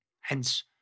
Hence